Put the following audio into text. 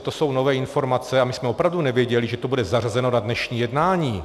To jsou prostě nové informace a my jsme opravdu nevěděli, že to bude zařazeno na dnešní jednání.